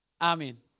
Amen